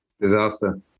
Disaster